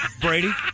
Brady